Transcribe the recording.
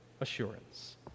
assurance